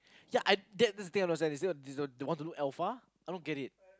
ya I that that's the thing I don't understand they want that look alpha I don't get it